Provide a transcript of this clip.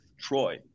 troy